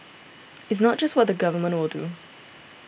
it's not just what the Government will do